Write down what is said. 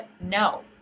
no